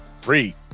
free